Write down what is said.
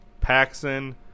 Paxson